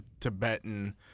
Tibetan